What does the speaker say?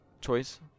choice